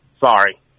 Sorry